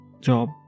Job